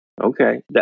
Okay